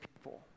people